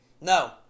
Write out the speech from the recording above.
no